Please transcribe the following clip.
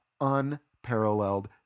unparalleled